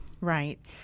Right